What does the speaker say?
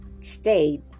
stayed